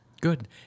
good